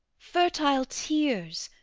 fertile tears,